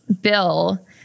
bill